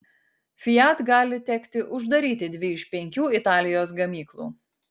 fiat gali tekti uždaryti dvi iš penkių italijos gamyklų